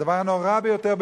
והדבר הנורא ביותר,